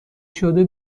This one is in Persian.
شده